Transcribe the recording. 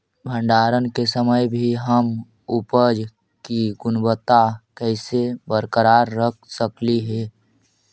भंडारण के समय भी हम उपज की गुणवत्ता कैसे बरकरार रख सकली हे?